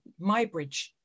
Mybridge